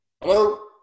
hello